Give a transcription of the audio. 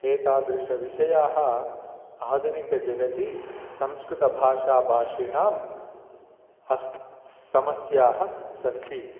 एतादृशविषयाः आधुनिकजगति संस्कृतभाषाभाषिणाम् अस्ति समस्याः सन्ति